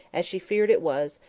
as she feared it was,